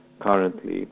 currently